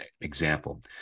example